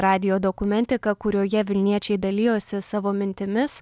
radijo dokumentiką kurioje vilniečiai dalijosi savo mintimis